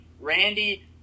Randy